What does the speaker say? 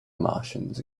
martians